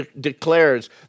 declares